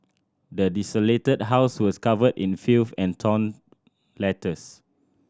the desolated house was covered in filth and torn letters